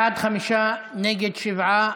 בעד, חמישה, נגד, שבעה.